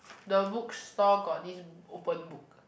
the bookstore got these open book